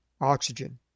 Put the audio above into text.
oxygen